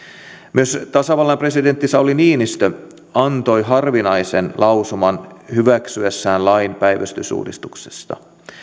myös tasavallan presidentti sauli niinistö antoi harvinaisen lausuman hyväksyessään lain päivystysuudistuksesta